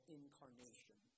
incarnation